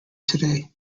today